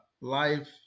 life